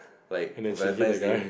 like Valentine Day